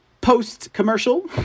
Post-commercial